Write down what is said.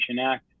Act